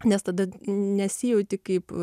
nes tada nesijauti kaip